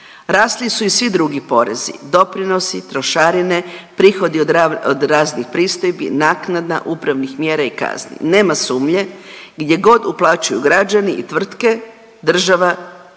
Rasli su i svi drugi porezi, doprinosi, trošarine, prihodi od raznih pristojbi, naknada, upravnih mjera i kazni. Nema sumnje, gdje god uplaćuju građani i tvrtke, država